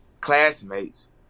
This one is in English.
classmates